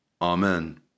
Amen